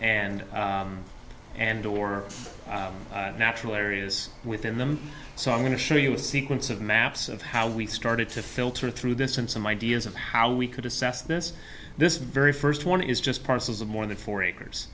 and and or natural areas within them so i'm going to show you a sequence of maps of how we started to filter through this and some ideas of how we could assess this this very first one is just parcels of more than four acres